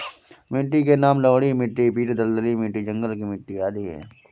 मिट्टी के नाम लवणीय मिट्टी, पीट दलदली मिट्टी, जंगल की मिट्टी आदि है